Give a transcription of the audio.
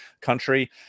country